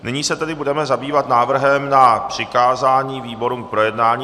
Nyní se tedy budeme zabývat návrhem na přikázání výborům k projednání.